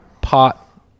pot